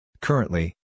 Currently